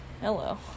Hello